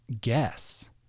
guess